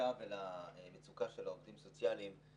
למצוקה של העובדים הסוציאליים.